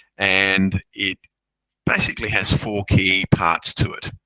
and it basically has four key parts to it.